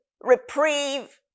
reprieve